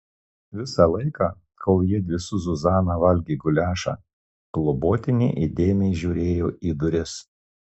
visą laiką kol jiedvi su zuzana valgė guliašą globotinė įdėmiai žiūrėjo į duris